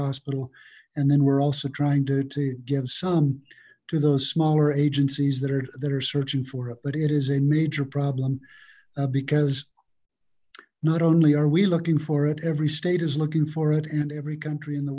hospital and then we're also trying to give some to those smaller agencies that are that are searching for it but it is a major problem because not only are we looking for it every state is looking for it and every country in the